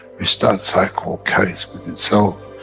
which that cycle carries with itself,